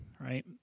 right